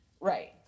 Right